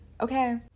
okay